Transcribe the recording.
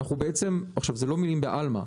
זה לא מילים בעלמא.